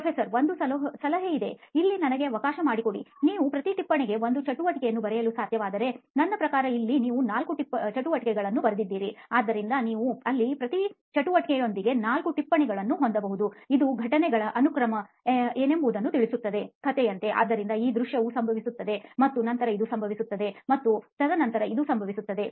professor ಒಂದು ಸಲಹೆ ಇದೆ ಇಲ್ಲಿ ನನಗೆ ಅವಕಾಶ ಮಾಡಿಕೊಡಿ ನೀವು ಪ್ರತಿ ಟಿಪ್ಪಣಿಗೆ ಒಂದು ಚಟುವಟಿಕೆಯನ್ನು ಬರೆಯಲು ಸಾಧ್ಯವಾದರೆ ನನ್ನ ಪ್ರಕಾರ ಇಲ್ಲಿ ನೀವು ನಾಲ್ಕು ಚಟುವಟಿಕೆಗಳನ್ನು ಬರೆದಿದ್ದೀರಿ ಆದ್ದರಿಂದ ನೀವು ಅಲ್ಲಿ ಪ್ರತಿ ಚಟುವಟಿಕೆಯೊಂದಿಗೆ ನಾಲ್ಕು ಟಿಪ್ಪಣಿಗಳನ್ನು ಹೊಂದಬಹುದು ಇದು ಘಟನೆಗಳ ಅನುಕ್ರಮ ಏನೆಂಬುದನ್ನು ತಿಳಿಸುತ್ತದೆ ಕಥೆಯಂತೆ ಸರಿ ಆದ್ದರಿಂದ ಈ ದೃಶ್ಯವು ಸಂಭವಿಸುತ್ತದೆ ಮತ್ತು ನಂತರ ಇದು ಸಂಭವಿಸುತ್ತದೆ ಮತ್ತು ಆ ನಂತರ ಇದು ಸಂಭವಿಸುತ್ತದೆ